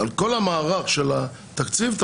שאין פה הצעת תקציב.